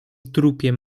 trupie